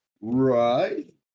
Right